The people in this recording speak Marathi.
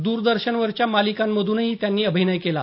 द्रदर्शनवरच्या मालिकांमधूनही त्यांनी अभिनय केला